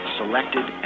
selected